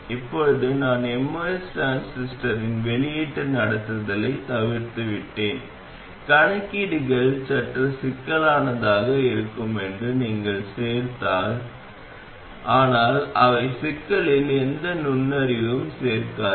இப்போது நான் MOS டிரான்சிஸ்டரின் வெளியீட்டு நடத்துதலைத் தவிர்த்துவிட்டேன் கணக்கீடுகள் சற்று சிக்கலானதாக இருக்கும் என்று நீங்கள் சேர்த்தால் ஆனால் அவை சிக்கலில் எந்த நுண்ணறிவையும் சேர்க்காது